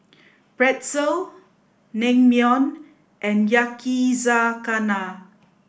Pretzel Naengmyeon and Yakizakana